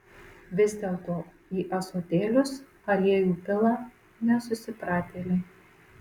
vis dėlto į ąsotėlius aliejų pila nesusipratėliai